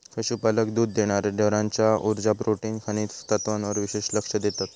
पशुपालक दुध देणार्या ढोरांच्या उर्जा, प्रोटीन, खनिज तत्त्वांवर विशेष लक्ष देतत